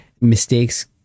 mistakes